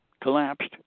collapsed